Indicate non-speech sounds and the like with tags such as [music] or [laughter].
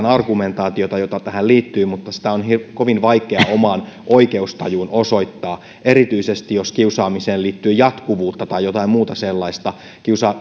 [unintelligible] argumentaatiota jota tähän liittyy mutta sitä on kovin vaikeaa omaan oikeustajuun osoittaa erityisesti jos kiusaamiseen liittyy jatkuvuutta tai jotain muuta sellaista kiusatun [unintelligible]